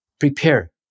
prepare